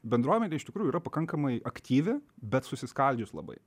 bendruomenė iš tikrųjų yra pakankamai aktyvi bet susiskaldžius labai